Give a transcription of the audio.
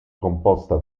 composta